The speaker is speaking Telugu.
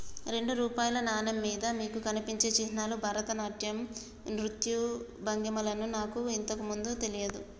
రెండు రూపాయల నాణెం మీద మీకు కనిపించే చిహ్నాలు భరతనాట్యం నృత్య భంగిమలని నాకు ఇంతకు ముందు తెలియదు